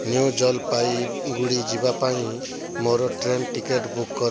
new Jalpaiguri ଯିବା ପାଇଁ ମୋର ଟ୍ରେନ ଟିକେଟ୍ ବୁକ୍ କର